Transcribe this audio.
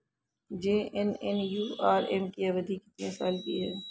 JNNURM की अवधि कितने साल की है?